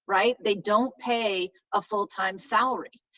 right? they don't pay a full-time salary,